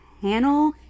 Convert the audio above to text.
panel